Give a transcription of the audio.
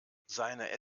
seine